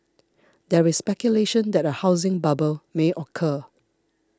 there is speculation that a housing bubble may occur